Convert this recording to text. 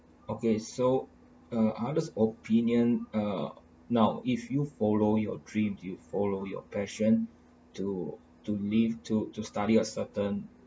okay so uh other's opinion uh now if you follow your dreams you follow your passion to to live to to study of certain